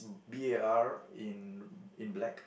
B_A_R in in black